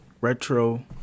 retro